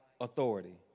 authority